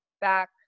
back